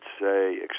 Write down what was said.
say